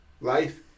Life